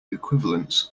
equivalents